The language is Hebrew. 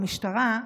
במשטרה,